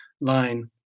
line